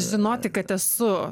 žinoti kad esu